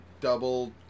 double